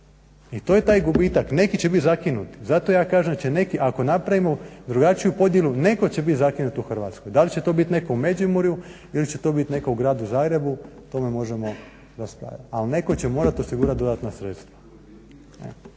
i to je taj gubitak, neki će biti zakinuti. Zato ja kažem da će neki, ako napravimo drugačiju podjelu neko će bit zakinut u Hrvatskoj, da li će to biti netko u Međimurju ili će to bit neko u Gradu Zagrebu, o tome možemo raspravljati, ali netko će morati osigurat dodatna sredstva,